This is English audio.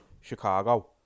Chicago